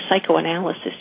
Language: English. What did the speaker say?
psychoanalysis